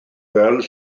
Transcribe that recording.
fel